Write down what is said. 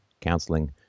counseling